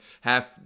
half